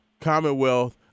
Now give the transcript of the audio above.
Commonwealth